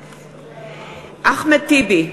בעד אחמד טיבי,